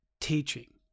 teaching